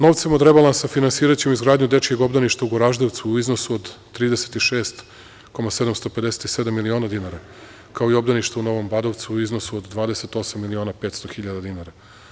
Novcem od rebalansa finansiraćemo izgradnju dečijeg obdaništa u Goraždevcu u iznosu od 36,750 miliona dinara, kao i obdaništa u Novom Badovcu u iznosu od 28.500 dinara.